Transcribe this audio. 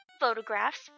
photographs